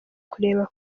kureba